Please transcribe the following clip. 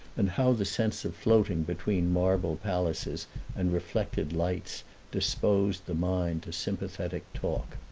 and how the sense of floating between marble palaces and reflected lights disposed the mind to sympathetic talk.